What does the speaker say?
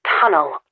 tunnel